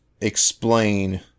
explain